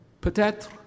Peut-être